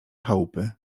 chałupy